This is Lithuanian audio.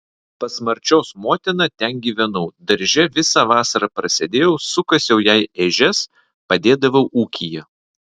pas marčios motiną ten gyvenau darže visą vasarą prasėdėjau sukasiau jai ežias padėdavau ūkyje